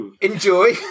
Enjoy